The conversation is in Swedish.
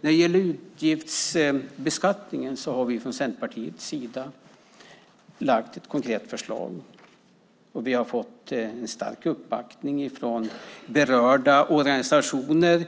När det gäller utgiftsbeskattningen har vi från Centerpartiets sida lagt fram ett konkret förslag. Vi har fått en stark uppbackning från berörda organisationer